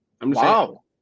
Wow